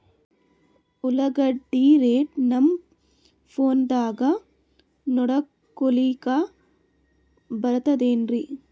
ಉಳ್ಳಾಗಡ್ಡಿ ರೇಟ್ ನಮ್ ಫೋನದಾಗ ನೋಡಕೊಲಿಕ ಬರತದೆನ್ರಿ?